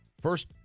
First